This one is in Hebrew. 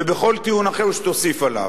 ובכל טיעון אחר שתוסיף עליו.